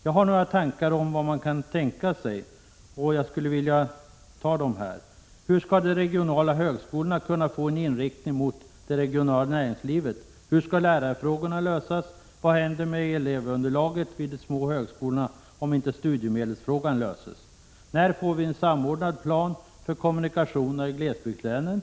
Jag har några förslag till frågor som kan behöva ställas och som jag här skulle vilja redogöra för. Hur skall de regionala högskolorna kunna få en inriktning mot det regionala näringslivet? Hur skall lärarfrågorna lösas? Vad händer med elevunderlaget vid de små högskolorna om inte studiemedelsfrågan löses? När får vi en samordnad plan för kommunikationerna i glesbygdslänen?